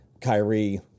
Kyrie